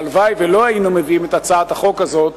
הלוואי שלא היינו מביאים את הצעת החוק הזאת,